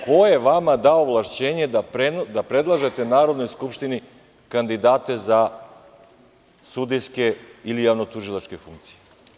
Ko je vama dao ovlašćenje da predlažete Narodnoj skupštini kandidate za sudijske ili javnotužilačke funkcije?